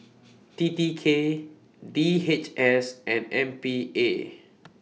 T T K D H S and M P A